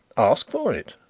ask for it,